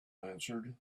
answered